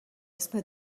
اسم